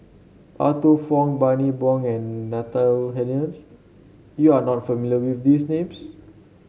Arthur Fong Bani Buang and Natalie Hennedige you are not familiar with these names